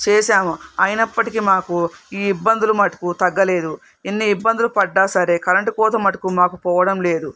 చేసాము అయినప్పటికీ మాకు ఈ ఇబ్బందులు మట్టుకు తగ్గలేదు ఎన్ని ఇబ్బందులు పడ్డా సరే కరెంట్ కోత మట్టుకు మాకు పోవడం లేదు